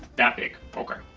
that big. okay.